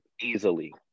easily